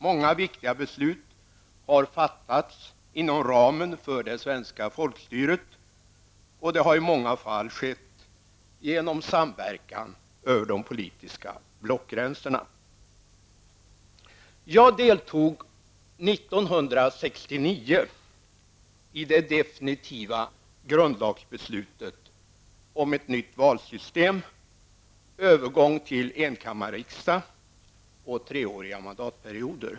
Många viktiga beslut har fattats inom ramen för det svenska folkstyret. Det har i många fall skett genom samverkan över de politiska blockgränserna. Jag deltog 1969 i det definitiva grundlagsbeslutet om ett nytt valsystem, övergången till enkammarriksdagen och treåriga mandatperioder.